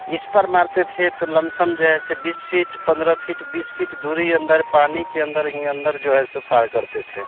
इस पर मारते थे तो लमसम जो ऐसे बीस फीट पंद्रह फीट बीस फीट दूर अन्दर पानी के अन्दर ही अन्दर जो है उसे पार करते थे